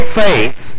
faith